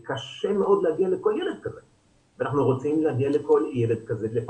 קשה מאוד להגיע לכל ילד כזה ואנחנו